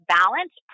balance